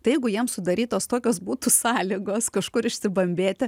tai jeigu jiem sudarytos tokios būtų sąlygos kažkur išsibambėti